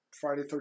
Friday